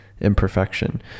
imperfection